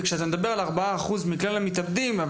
וכשאתה מדבר על 4% מכלל המתאבדים,